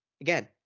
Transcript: again